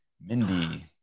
Mindy